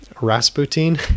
Rasputin